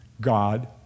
God